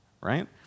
right